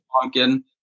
pumpkin